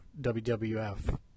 WWF